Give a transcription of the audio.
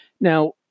Now